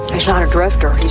he's not a drifter,